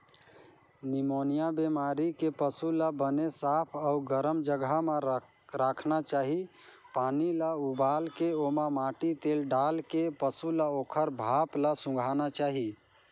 pneumonia बेमारी के पसू ल बने साफ अउ गरम जघा म राखना चाही, पानी ल उबालके ओमा माटी तेल डालके पसू ल ओखर भाप ल सूंधाना चाही